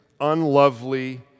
unlovely